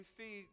see